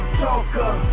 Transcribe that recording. talker